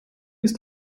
ist